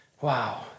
Wow